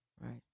Right